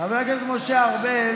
חבר הכנסת משה ארבל